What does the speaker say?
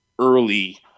early